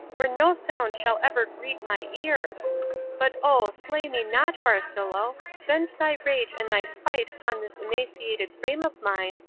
where no sound shall ever great my ear but, oh, slay me not, farcillo vent thy rage and thy spite upon this emaciated frame of mine,